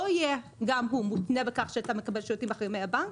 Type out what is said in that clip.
יהיה גם הוא מותנה בכך שאתה מקבל שירותים אחרים מהבנק,